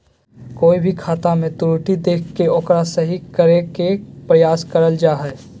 कोय भी खाता मे त्रुटि देख के ओकरा सही करे के प्रयास करल जा हय